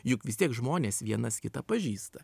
juk vis tiek žmonės vienas kitą pažįsta